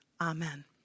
Amen